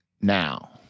now